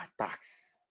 attacks